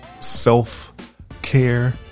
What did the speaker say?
self-care